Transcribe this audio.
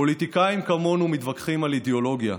פוליטיקאים כמונו מתווכחים על אידיאולוגיה,